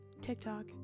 tiktok